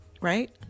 right